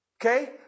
Okay